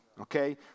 okay